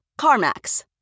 CarMax